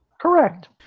Correct